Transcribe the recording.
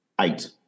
Eight